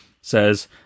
says